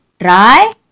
Try